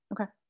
Okay